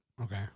Okay